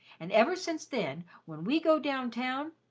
and ever since then, when we go down-town,